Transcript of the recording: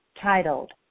titled